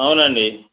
అవునండి